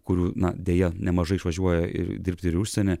kurių na deja nemažai išvažiuoja ir dirbti ir užsieny